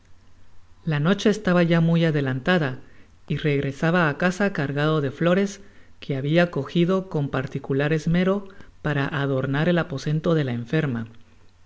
la noche estaba ya muy adelantada y regresaba á casa cargado de flores que habia cojido con particular esmero para adornar el aposento de la enferma